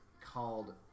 called